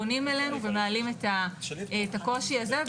פונים אלינו ומעלים את הקושי הזה.